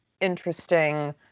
interesting